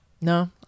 No